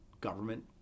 government